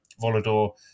Volador